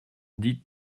dites